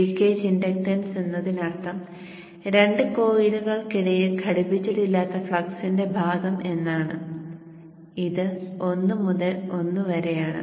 leakage inductance എന്നതിനർത്ഥം രണ്ട് കോയിലുകൾക്കിടയിൽ ഘടിപ്പിച്ചിട്ടില്ലാത്ത ഫ്ളക്സിന്റെ ഭാഗം എന്ന് ആണ് ഇത് 1 മുതൽ 1 വരെയാണ്